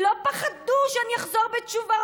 לא פחדו שאני אחזור בתשובה,